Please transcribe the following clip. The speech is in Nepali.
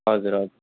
हजुर हजुर